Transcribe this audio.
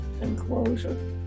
enclosure